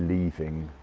leaving,